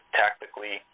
tactically